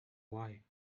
why